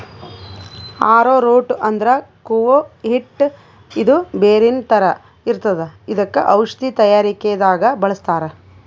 ಆರೊ root ಅಂದ್ರ ಕೂವ ಹಿಟ್ಟ್ ಇದು ಬೇರಿನ್ ಥರ ಇರ್ತದ್ ಇದಕ್ಕ್ ಔಷಧಿ ತಯಾರಿಕೆ ದಾಗ್ ಬಳಸ್ತಾರ್